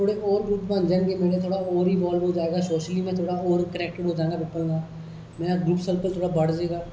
थोह्डे़ और ग्रुप आंदे ना कि और इन्वालव हो जाएगा और ट्रैकिंग होई जाएगी मेरे ग्रुप सर्कल थोह्ड़ा बढ़ जाएगा